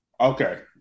Okay